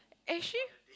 actually